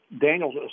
Daniels